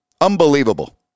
Unbelievable